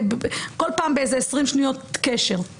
כל פעם באיזה עשרים שניות קשר.